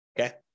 Okay